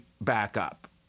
backup